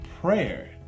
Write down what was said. prayer